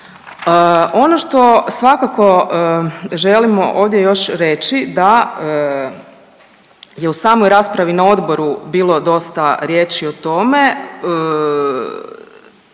Ono što svakako želimo ovdje reći da je u samoj raspravi na odboru bilo dosta riječi o tome,